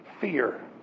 fear